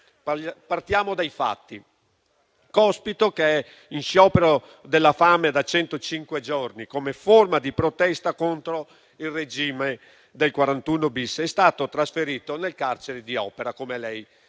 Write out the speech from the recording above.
Partiamo dai fatti. Cospito, che è in sciopero della fame da 105 giorni come forma di protesta contro il regime del 41-*bis,* è stato trasferito nel carcere di Opera, come il